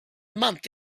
month